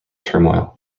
turmoil